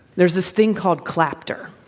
there's this thing called clap-ter.